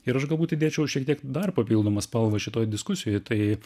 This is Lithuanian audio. ir aš galbūt įdėčiau šiek tiek dar papildomą spalvą šitoj diskusijoj tai